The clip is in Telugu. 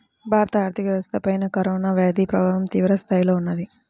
భారత ఆర్థిక వ్యవస్థపైన కరోనా వ్యాధి ప్రభావం తీవ్రస్థాయిలో ఉన్నది